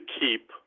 keep